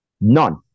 None